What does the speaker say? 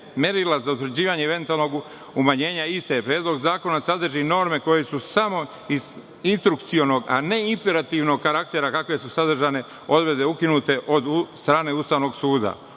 merila za utvrđivanje eventualnog umanjenja istog Predlog zakona sadrži norme koje su samo instrukcionog, a ne imperativnog karaktera kakve su sadržane odredbe ukinute od strane Ustavnog suda.